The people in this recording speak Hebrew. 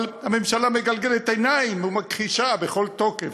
אבל הממשלה מגלגלת עיניים ומכחישה בכל תוקף.